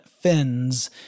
fins